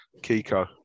Kiko